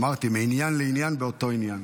אמרתי, מעניין לעניין באותו עניין.